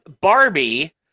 barbie